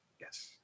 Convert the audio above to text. yes